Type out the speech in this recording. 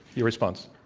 your response.